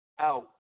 out